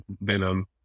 venom